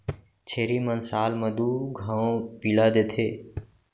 छेरी मन साल म दू घौं पिला देथे